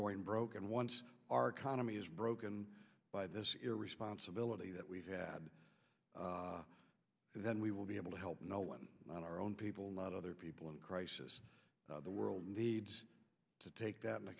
going broke and once our economy is broken by the responsibility that we had then we will be able to help no one not our own people not other people in crisis the world needs to take that into